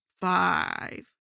five